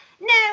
No